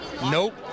nope